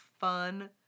fun